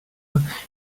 and